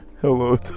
Hello